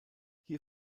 hier